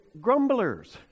grumblers